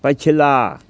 पछिला